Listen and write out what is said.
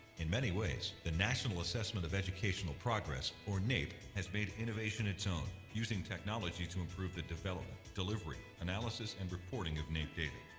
in many ways, the national assessment of educational progress, or naep, has made innovation its own using technology to improve the development, delivery, analysis, and reporting of naep.